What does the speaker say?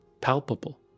palpable